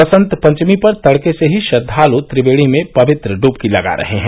बसंत पंचमी पर तडके से ही श्रद्धाल त्रिवेणी में पवित्र डबकी लगा रहे हैं